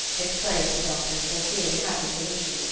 exclaimed the doctor, foreseeing a happy solution.